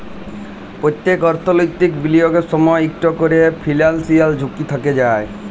প্যত্তেক অর্থলৈতিক বিলিয়গের সময়ই ইকট ক্যরে ফিলান্সিয়াল ঝুঁকি থ্যাকে যায়